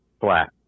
flat